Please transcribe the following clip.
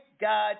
God